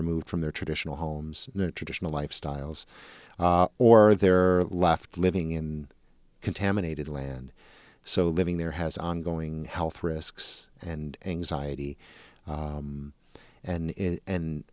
removed from their traditional homes in a traditional lifestyles or they're left living in contaminated land so living there has ongoing health risks and anxiety and and